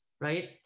right